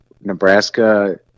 Nebraska